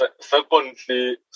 Secondly